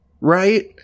right